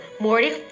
Morty